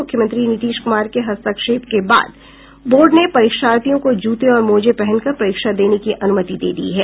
मुख्यमंत्री नीतीश कुमार के हस्तक्षेप के बाद बोर्ड ने परीक्षार्थियों को जूते और मोजे पहनकर परीक्षा देने की अनुमति दे दी है